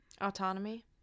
autonomy